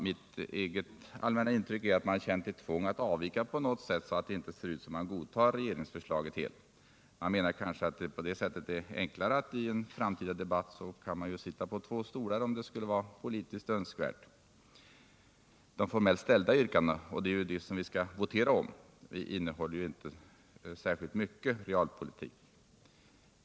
Mitt eget allmänna intryck är att man känt ett tvång att avvika på något sätt så att det inte ser ut som om man helt godtar ett regeringsförslag. Man menar kanske att det på det sättet är enklare att i en framtida debatt sitta på två stolar om det skulle vara politiskt önskvärt. De formellt ställda yrkandena — och det är ju dem som vi skall votera om — innehåller inte särskilt mycket realpolitik.